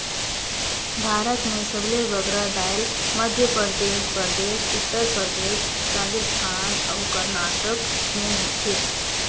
भारत में सबले बगरा दाएल मध्यपरदेस परदेस, उत्तर परदेस, राजिस्थान अउ करनाटक में होथे